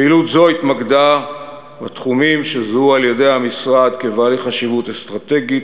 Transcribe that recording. פעילות זו התמקדה בתחומים שזוהו על-ידי המשרד כבעלי חשיבות אסטרטגית,